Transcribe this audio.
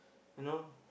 you know